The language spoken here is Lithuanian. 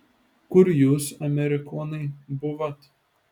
kur jūs amerikonai buvot